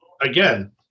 again